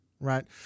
right